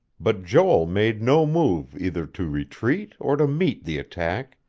but joel made no move either to retreat or to meet the attack